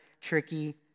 tricky